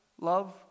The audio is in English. love